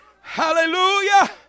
Hallelujah